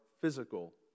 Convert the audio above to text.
physical